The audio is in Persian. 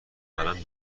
قلم